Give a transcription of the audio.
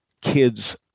kids